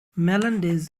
melendez